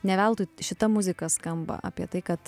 ne veltui šita muzika skamba apie tai kad